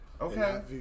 Okay